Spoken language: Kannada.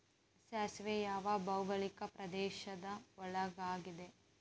ಸಾಸಿವೆಗೆ ಯಾವ ಭೌಗೋಳಿಕ ಪ್ರದೇಶ ಒಳ್ಳೆಯದಾಗಿದೆ?